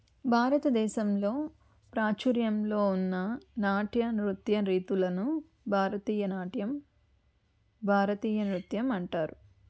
భారతదేశంలో ప్రాచుర్యంలో ఉన్న నాట్య నృత్యరీతులను భారతీయ నాట్యం భారతీయ నృత్యం అంటారు